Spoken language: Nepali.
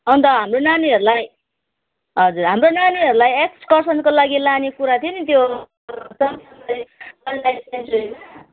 अन्त हाम्रो नानीहरूलाई हजुर हाम्रो नानीहरूलाई एस्कर्सनको लागि लाने कुरा थियो नि त्यो